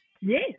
Yes